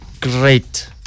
Great